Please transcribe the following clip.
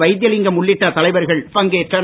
வைத்திலிங்கம் உள்ளிட்ட தலைவர்கள் பங்கேற்றனர்